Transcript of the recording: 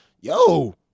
yo